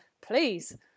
please